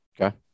Okay